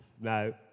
No